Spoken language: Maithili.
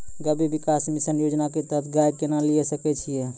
गव्य विकास मिसन योजना के तहत गाय केना लिये सकय छियै?